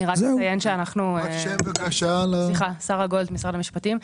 שרה גולד, משרד המשפטים.